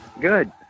Good